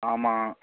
ஆமாம்